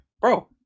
bro